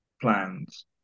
plans